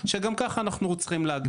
שגם ככה אנחנו צריכים להגדיל.